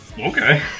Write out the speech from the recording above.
Okay